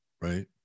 right